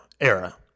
era